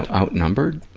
outnumbered?